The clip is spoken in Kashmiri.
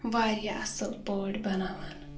واریاہ اَصٕل پٲٹھۍ بَناوان